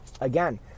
Again